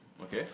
okay